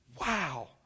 Wow